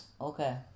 Okay